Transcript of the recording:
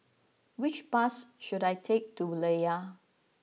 which bus should I take to Layar